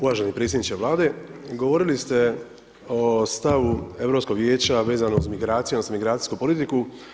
Uvaženi predsjednik Vlade, govorili ste o stavu Europskog vijeća vezanog uz migracije, odnosno migracijsku politiku.